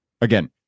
again